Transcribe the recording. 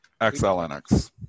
XLNX